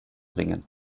ringen